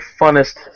funnest